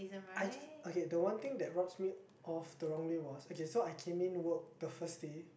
I just okay the one thing that rubs me off the wrong way was okay so I came in work the first day